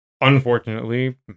unfortunately